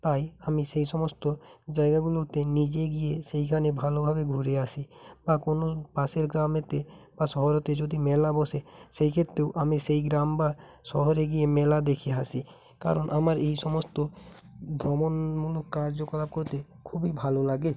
তাই আমি সেই সমস্ত জায়গাগুলোতে নিজে গিয়ে সেইখানে ভালোভাবে ঘুরে আসি বা কোনো পাশের গ্রামেতে বা শহরেতে যদি মেলা বসে সেই ক্ষেত্রেও আমি সেই গ্রাম বা শহরে গিয়ে মেলা দেখে আসি কারণ আমার এই সমস্ত ভ্রমণমূলক কার্যকলাপ করতে খুবই ভালো লাগে